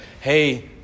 hey